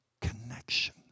connection